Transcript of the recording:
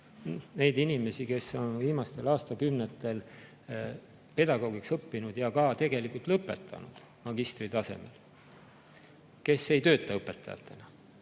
neid inimesi, kes on viimastel aastakümnetel pedagoogiks õppinud ja ka lõpetanud magistritasemel, aga kes ei tööta õpetajana.